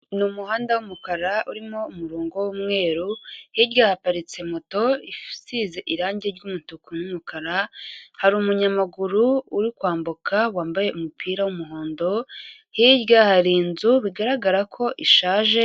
Ni umuhanda w'umukara urimo umurongo w'umweru, hirya haparitse moto isize irange ry'umutuku n'umukara, hari umunyamaguru uri kwambuka wambaye umupira w'umuhondo, hirya hari inzu bigaragara ko ishaje.